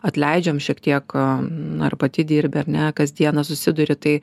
atleidžiam šiek tiek na ir pati dirbi ar ne kasdieną susiduri tai